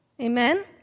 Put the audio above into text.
Amen